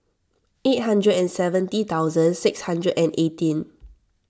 eight hundred and seventy thousand six hundred and eighteen